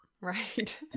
Right